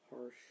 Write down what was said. Harsh